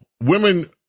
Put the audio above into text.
women